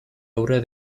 obra